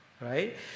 right